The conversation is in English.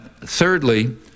Thirdly